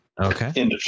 Okay